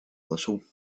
little